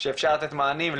שאפשר לתת מענים,